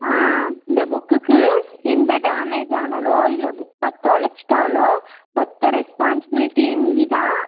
ஆ இந்த புக்குக்கு எந்த டேமேஜ் ஆனாலோ இல்லை புக்கை தொலைச்சிட்டாலோ மொத்த ரெஸ்பான்ஸ்பிலிட்டி நீதான்